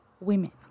women